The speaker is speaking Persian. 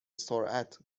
سرعت